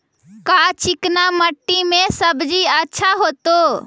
का चिकना मट्टी में सब्जी अच्छा होतै?